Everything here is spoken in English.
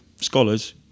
scholars